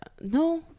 no